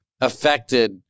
affected